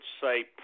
say